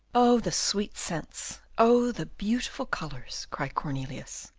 oh, the sweet scents! oh, the beautiful colours! cried cornelius.